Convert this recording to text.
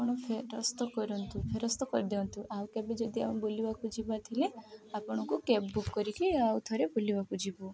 ଆପଣ ଫେରସ୍ତ କରନ୍ତୁ ଫେରସ୍ତ କରିଦିଅନ୍ତୁ ଆଉ କେବେ ଯଦି ଆମ ବୁଲିବାକୁ ଯିବ ଥିଲେ ଆପଣଙ୍କୁ କ୍ୟାବ୍ ବୁକ୍ କରିକି ଆଉ ଥରେ ବୁଲିବାକୁ ଯିବୁ